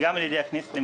גם בידי הכנסת.